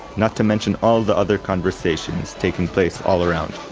not to mention all the other conversations taking place all around.